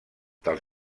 dels